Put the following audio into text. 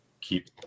keep